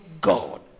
God